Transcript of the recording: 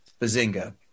Bazinga